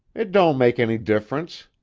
it don't make any difference.